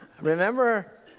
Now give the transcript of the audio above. remember